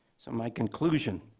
so my conclusion.